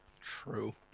True